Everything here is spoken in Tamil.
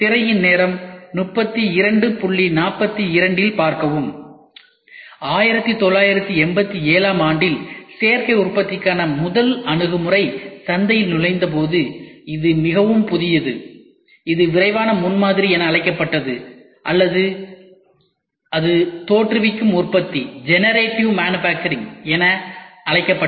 1987 ஆம் ஆண்டில் சேர்க்கை உற்பத்திக்கான முதல் அணுகுமுறைகள் சந்தையில் நுழைந்தபோது இது மிகவும் புதியது இது விரைவான முன்மாதிரி என அழைக்கப்பட்டது அல்லது அது தோற்றுவிக்கும் உற்பத்தி என அழைக்கப்பட்டது